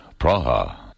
Praha